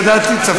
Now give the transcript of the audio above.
שלא יטעה.